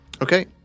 Okay